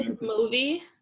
movie